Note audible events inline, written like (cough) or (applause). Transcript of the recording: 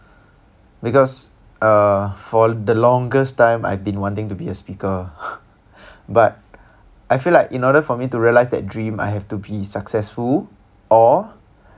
because uh for the longest time I've been wanting to be a speaker (laughs) but I feel like in order for me to realise that dream I have to be successful or